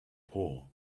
poor